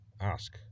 Ask